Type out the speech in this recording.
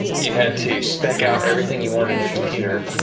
you had to spec out everything you wanted in your computer